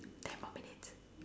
ten more minutes